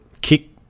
Kick